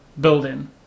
building